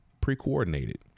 pre-coordinated